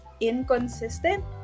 Inconsistent